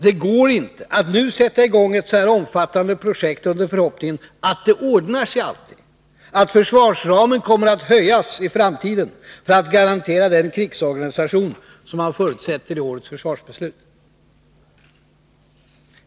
Det går inte att nu sätta i gång ett så omfattande projekt som detta i förhoppning om att det alltid ordnar sig, att försvarsramen kommer att höjas i framtiden för att garantera den krigsorganisation som man förutsätter i årets försvarsbeslut.